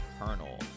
Colonel